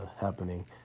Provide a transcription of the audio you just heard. happening